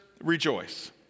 rejoice